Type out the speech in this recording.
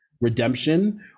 redemption